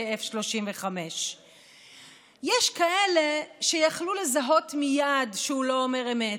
F-35. יש כאלה שיכלו לזהות מייד שהוא לא אומר אמת.